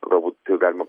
galbūt taip galima